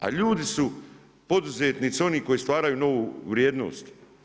A ljudi su, poduzetnici, oni koji stvaraju novu vrijednost.